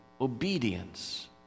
obedience